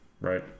Right